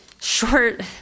short